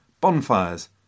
Bonfires